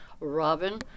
Robin